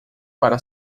para